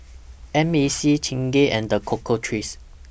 M A C Chingay and The Cocoa Trees